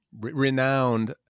renowned